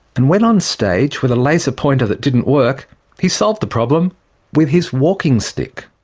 and when on stage with a laser pointer that didn't work he solved the problem with his walking stick.